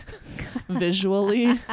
Visually